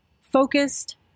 focused